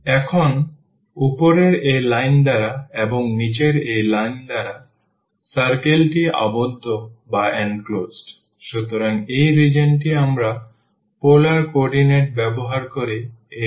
এখন উপরের এই লাইন দ্বারা এবং নীচে এই লাইন দ্বারা circle টি আবদ্ধ সুতরাং এই রিজিওনটি আমরা পোলার কোঅর্ডিনেট ব্যবহার করে এরিয়াটি খুঁজে পেতে চাই